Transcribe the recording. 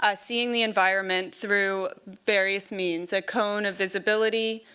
ah seeing the environment through various means, a cone of visibility,